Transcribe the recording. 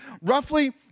Roughly